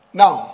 now